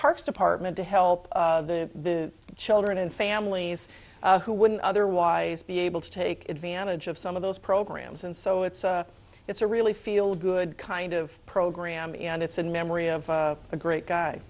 parks department to help the children and families who wouldn't otherwise be able to take advantage of some of those programs and so it's it's a really feel good kind of program and it's a memory of a great guy